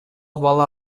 бала